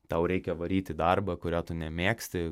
tau reikia varyt į darbą kurio tu nemėgsti